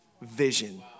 vision